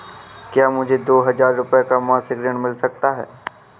क्या मुझे दो हजार रूपए का मासिक ऋण मिल सकता है?